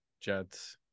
Jets